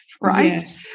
right